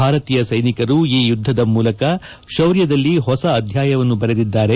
ಭಾರತೀಯ ಸೈನಿಕರು ಈ ಯುಧ್ಧದ ಮೂಲಕ ಶೌರ್ಯದಲ್ಲಿ ಹೊಸ ಅಧ್ನಾಯವನ್ನು ಬರೆದಿದ್ದಾರೆ